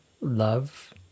love